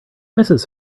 mrs